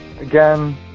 again